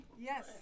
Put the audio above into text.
Yes